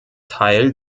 teil